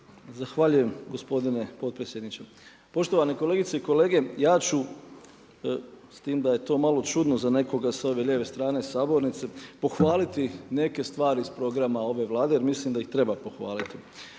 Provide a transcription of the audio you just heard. Zahvaljujem gospodine potpredsjedniče. Poštovane kolegice i kolege, ja ću s tim da je to malo čudno za nekoga sa ove lijeve strane sabornice pohvaliti neke stvari iz programa ove Vlade, jer mislim da ih treba pohvaliti.